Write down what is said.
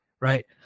right